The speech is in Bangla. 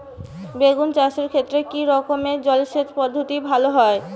বেগুন চাষের ক্ষেত্রে কি রকমের জলসেচ পদ্ধতি ভালো হয়?